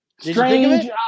Strange